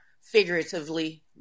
figuratively